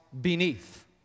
beneath